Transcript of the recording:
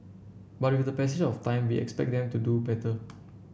but with the passage of time we expect them to do better